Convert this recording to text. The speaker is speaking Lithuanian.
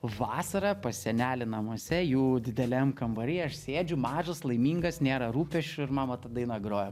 vasara pas senelį namuose jų dideliam kambary aš sėdžiu mažas laimingas nėra rūpesčių ir man vat ta daina groja